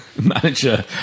manager